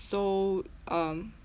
so um